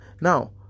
Now